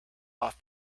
off